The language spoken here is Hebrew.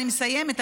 אני מסיימת,